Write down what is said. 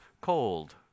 cold